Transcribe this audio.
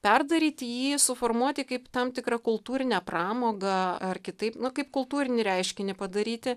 perdaryti jį suformuoti kaip tam tikrą kultūrinę pramogą ar kitaip kaip kultūrinį reiškinį padaryti